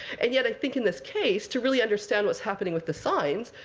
and yet i think in this case, to really understand what's happening with the signs,